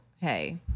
hey